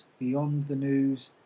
beyondthenews